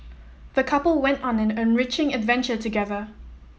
the couple went on an enriching adventure together